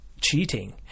cheating